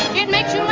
it makes